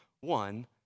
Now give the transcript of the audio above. one